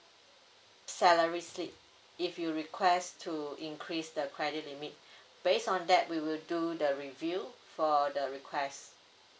salary slip if you request to increase the credit limit based on that we will do the review for the requests